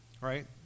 right